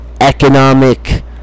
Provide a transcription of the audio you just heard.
economic